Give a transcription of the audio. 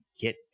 get